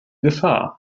gefahr